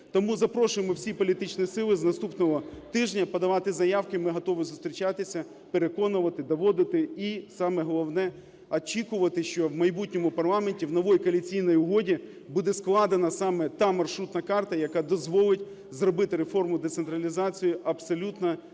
Тому запрошуємо всі політичні сили з наступного тижня подавати заявки. Ми готові зустрічатися, переконувати, доводити і, саме головне, очікувати, що в майбутньому парламенті в новій коаліційній угоді буде складена саме та маршрутна карта, яка дозволить зробити реформу децентралізації абсолютно європейської